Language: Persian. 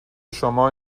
شما